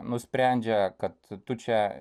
nusprendžia kad tu čia